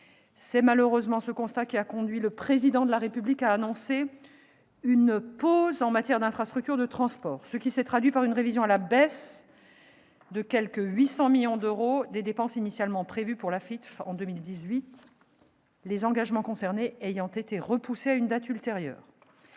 la ministre. Ce constat a conduit le Président de la République à annoncer une « pause » en matière d'infrastructures de transport, ce qui s'est notamment traduit par une révision à la baisse de quelque 800 millions d'euros des dépenses initialement prévues pour l'AFITF en 2018, les engagements concernés ayant été repoussés à une date ultérieure.